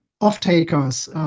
off-takers